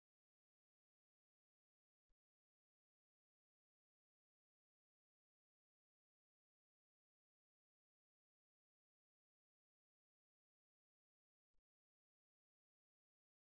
కాబట్టి ఇప్పటి వరకు మనము 1 నుండి 2 వరకు 3 కి చేరుకున్నాము అప్పుడు yL నుండి మీరు ఈ ప్రత్యేక వృత్తానికి చేరుకునే వరకు మీరు అదే వృత్తం వెంట కదులుతారు y1 విలువను గుర్తించండి మరియు ఇక్కడ ఇది ప్రత్యేక పాయింట్ ఈ నిర్దిష్ట పనిని ఇక్కడ నుండి చేయడం ద్వారా మనము ఇక్కడకు వచ్చాము